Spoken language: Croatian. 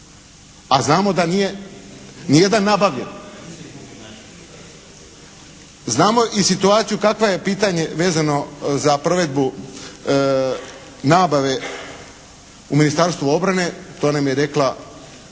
A znamo da nije ni jedan nabavljen. Znamo i situaciju kakva je pitanje vezano za provedbu nabave u Ministarstvu obrane. To nam je rekla